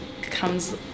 comes